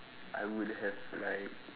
I would have like